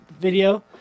video